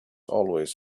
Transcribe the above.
always